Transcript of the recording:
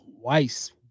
twice